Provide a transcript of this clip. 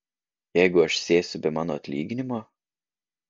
jeigu aš sėsiu be mano atlyginimo